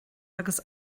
agus